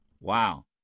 wow